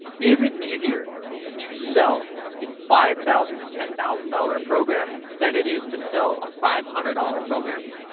is it easier to sell a five thousand to ten thousand dollar program than it is to sell a five hundred dollar program?